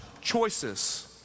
choices